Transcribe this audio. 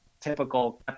typical